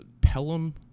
Pelham